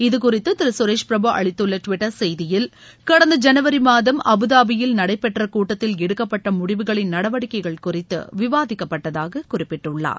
இதுகறித்து திரு கரேஷ் பிரபு அளித்துள்ள டிவிட்டர் செய்தியில் கடந்த ஜனவரி மாதம் அபுதாபியில் நடைபெற்ற கூட்டத்தில் எடுக்கப்பட்ட முடிவுகளின் நடவடிக்கைகள் குறித்து விவாதிக்கப்பட்டதாக குறிப்பிட்டுள்ளார்